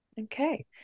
Okay